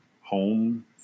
home